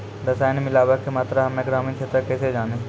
रसायन मिलाबै के मात्रा हम्मे ग्रामीण क्षेत्रक कैसे जानै?